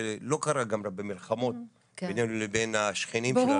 זה לא קרה רק במלחמות, --- בין השכנים שלנו.